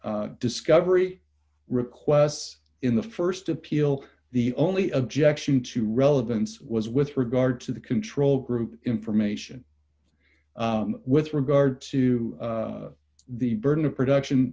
discovery requests in the st appeal the only objection to relevance was with regard to the control group information with regard to the burden of production